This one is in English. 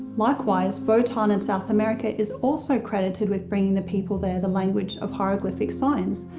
likewise, votan in south america is also credited with bringing the people there the language of hieroglyphic signs,